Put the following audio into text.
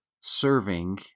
serving